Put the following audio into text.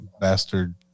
bastard